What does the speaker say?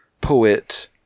poet